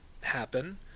happen